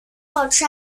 pauzy